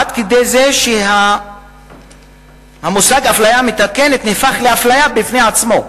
עד כדי זה שהמושג "אפליה מתקנת" הפך לאפליה בפני עצמה,